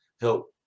help